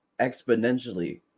exponentially